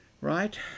Right